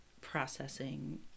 processing